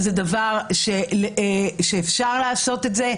זה דבר שאפשר לעשות אותו,